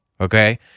Okay